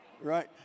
Right